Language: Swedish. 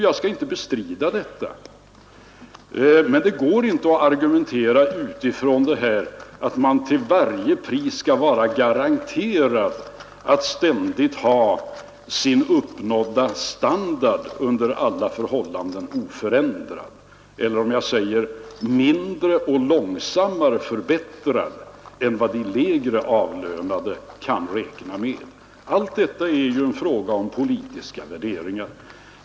Jag skall inte bestrida detta, men det går inte att argumentera för att de högre avlönade till varje pris ständigt skall vara garanterade att ha sin standard oförändrad. Allt detta är ju en fråga om politiska värderingar.